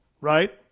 right